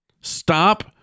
Stop